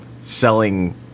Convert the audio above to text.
selling